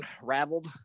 unraveled